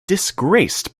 disgraced